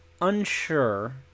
unsure